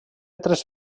tres